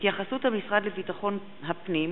הצעת חוק סדר הדין הפלילי (תיקון,